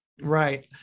Right